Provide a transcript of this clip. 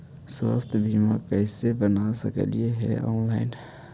स्वास्थ्य बीमा कैसे बना सकली हे ऑनलाइन?